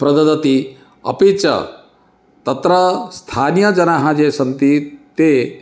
प्रददति अपि च तत्र स्थानीयजनाः ये सन्ति ते